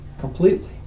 completely